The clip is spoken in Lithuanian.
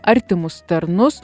artimus tarnus